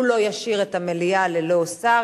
הוא לא ישאיר את המליאה ללא שר,